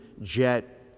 jet